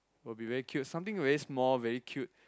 would be very cute something very small very cute